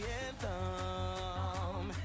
anthem